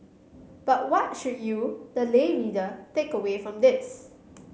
but what should you the lay reader take away from this